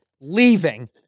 leaving